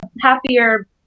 happier